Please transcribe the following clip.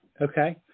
Okay